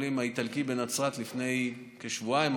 החולים האיטלקי בנצרת לפני כשבועיים,